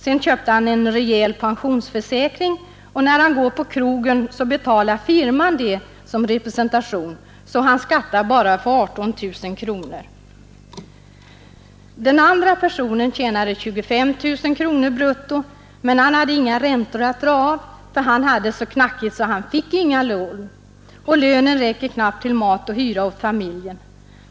Sedan köpte han en rejäl pensionsförsäkring, och när han går på krogen betalar firman det som representation. Han skattar bara för 18 000 kronor. Den andra personen tjänade 25 000 kronor brutto, men han hade inga räntor att dra av. Han hade det nämligen så knackigt ställt att han inte fick några lån, och lönen räckte knappt till mat och hyra åt familjen.